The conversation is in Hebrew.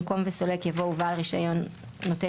במקום "וסולק" יבוא "ובעל רישיון נותן